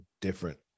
different